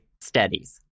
studies